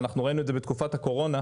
ואנחנו ראינו את זה בתקופת הקורונה,